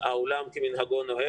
העולם כמנהגו נוהג.